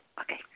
Okay